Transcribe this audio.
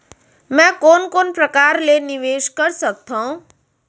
मैं कोन कोन प्रकार ले निवेश कर सकत हओं?